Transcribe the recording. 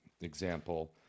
example